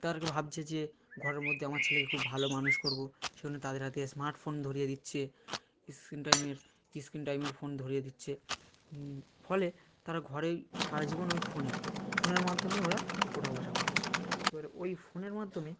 তাদেরকে ভাবছে যে ঘরের মধ্যে আমার ছেলেকে খুব ভালো মানুষ করবো সে জন্য তাদের হাতে স্মার্টফোন ধরিয়ে দিচ্ছে স্ক্রিন টাইমের স্ক্রিন টাইমের ফোন ধরিয়ে দিচ্ছে ফলে তারা ঘরেই সারা জীবন ওই ফোনের ফোনের মাধ্যমেই ওরা ওঠা বসা কোচ্ছে এবারে ওই ফোনের মাধ্যমে